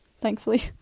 thankfully